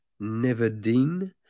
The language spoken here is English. Neverdeen